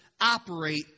operate